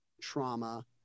trauma